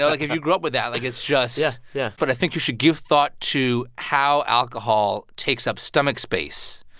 yeah like, if you grew up with that, like, it's just yeah yeah but i think you should give thought to how alcohol takes up stomach space.